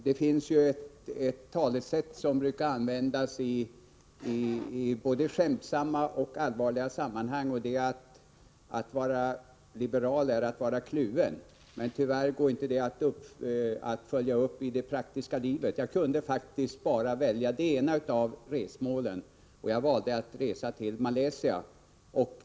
Det finns ju ett talesätt som brukar användas i både skämtsamma och allvarliga sammanhang — att vara liberal är att vara kluven — men tyvärr går det inte att följa uppi det praktiska livet. Jag kunde faktiskt bara välja det ena av resmålen, och jag valde att resa till Malaysia.